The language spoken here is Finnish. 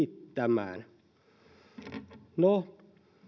poliisien resurssit saataisiin riittämään no